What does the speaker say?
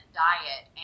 diet